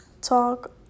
talk